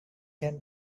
can